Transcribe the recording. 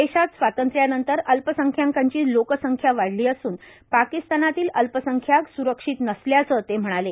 देशात स्वातंत्र्यानंतर अल्पसंख्यांकांची लोकसंख्या वाढली असून पाकिस्तानातील अल्पसंख्याक स्रक्षित नसल्याचं ते म्हणाले